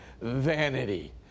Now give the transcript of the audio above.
Vanity